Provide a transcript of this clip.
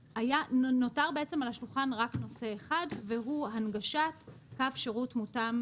נותר על השולחן רק נושא אחד והוא: הנגשת קו שירות מותאם